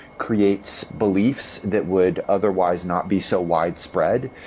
creates beliefs that would otherwise not be so widespread,